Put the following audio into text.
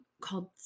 called